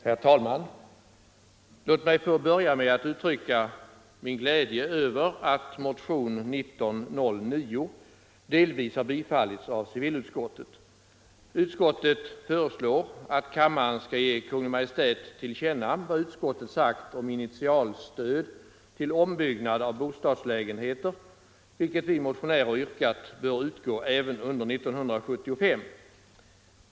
Herr talman! Låt mig få börja med att uttrycka min glädje över att motionen 1909 delvis har tillstyrkts av civilutskottet. Utskottet föreslår att kammaren skall ge Kungl. Maj:t till känna vad utskottet sagt om initialstöd till ombyggnad av bostadslägenheter, ett stöd som vi motionärer yrkat skulle utgå även under 1975.